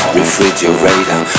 refrigerator